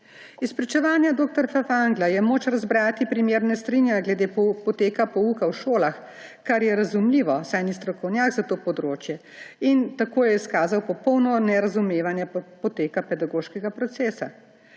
Iz pričevanja dr. Fafangla je moč razbrati primer nestrinjanja glede poteka pouka v šolah, kar je razumljivo, saj ni strokovnjak za to področje in je tako izkazal popolno nerazumevanje poteka pedagoškega procesa.